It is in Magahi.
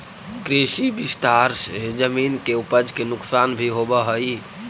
कृषि विस्तार से जमीन के उपज के नुकसान भी होवऽ हई